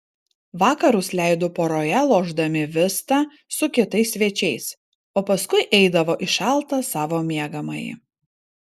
vakarus leido poroje lošdami vistą su kitais svečiais o paskui eidavo į šaltą savo miegamąjį